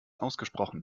ausgesprochen